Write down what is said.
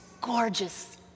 gorgeous